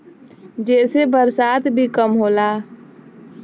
जेसे बरसात भी कम होला